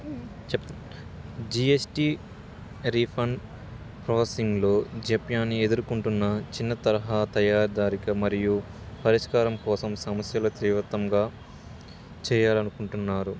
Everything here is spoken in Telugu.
చెప్ జిఎస్టి రీఫండ్ ప్రాసెసింగ్లో జాప్యాన్ని ఎదుర్కొంటున్న చిన్న తరహా తయారుదారిక మరియు పరిష్కారం కోసం సమస్యలు తీరివత్తంగా చేయాలనుకుంటున్నారు